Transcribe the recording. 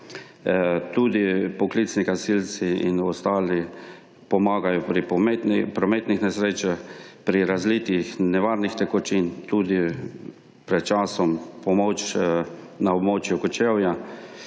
tudi poklicni gasilci in ostali pomagajo pri prometnih nesrečah, pri razlitih nevarnih tekočin tudi pred časom pomoč na območju Kočevja.